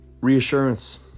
reassurance